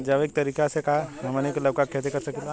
जैविक तरीका से का हमनी लउका के खेती कर सकीला?